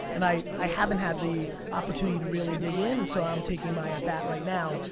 and i i haven't had the opportunity to really dig in. so i'm taking my at-bat right now.